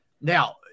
Now